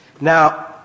Now